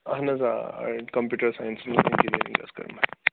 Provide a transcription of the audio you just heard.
اَہَن حظ آ کَمپیوٗٹَر ساینَس منٛز اِنٛجیٖنرِنٛگ حظ کٔر